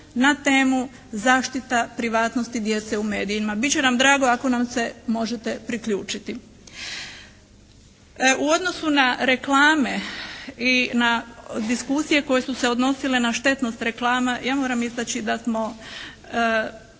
na temu "zaštita privatnosti djece u medijima". Bit će nam drago ako nam se možete priključiti. U odnosu na reklame i na diskusije koje su se odnosile na štetnost reklama ja moram istaći da smo